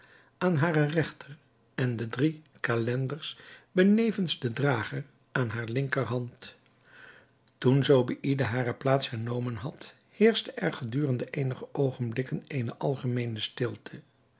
aan hare regter en de drie calenders benevens den drager aan hare linkerhand toen zobeïde hare plaats hernomen had heerschte er gedurende eenige oogenblikken eene algemeene stilte